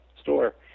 store